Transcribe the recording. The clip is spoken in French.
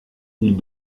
ils